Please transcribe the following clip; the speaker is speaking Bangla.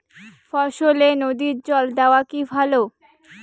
ফসলে নদীর জল দেওয়া কি ভাল?